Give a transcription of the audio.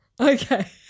Okay